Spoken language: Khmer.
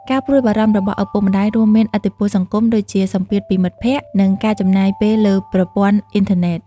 ការព្រួយបារម្ភរបស់ឪពុកម្តាយរួមមានឥទ្ធិពលសង្គម ដូចជាសម្ពាធពីមិត្តភក្តិ និងការចំណាយពេលលើប្រព័ន្ធអ៊ីនធឺណិត។